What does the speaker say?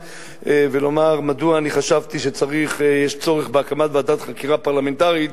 ולומר מדוע אני חשבתי שיש צורך בהקמת ועדת חקירה פרלמנטרית